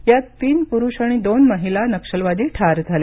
यात तीन पुरुष आणि दोन महिला नक्षलवादी ठार झाले